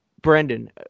Brandon